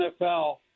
NFL